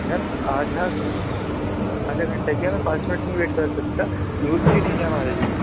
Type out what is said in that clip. میم آدھا آدھا گھنٹا کیا میں پانچ منٹ نہیں ویٹ کر سکتا رولس ہی نہیں ہے ہمارا یہ